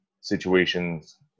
situations